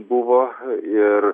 buvo ir